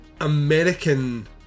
American